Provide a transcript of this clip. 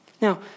Now